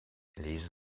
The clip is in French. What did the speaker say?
les